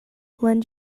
lend